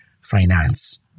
finance